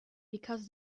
because